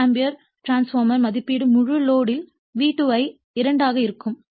volt ஆம்பியரில் transformer மதிப்பீடு முழு லோடு யில் V2 ஐ 2 ஆக இருக்கும்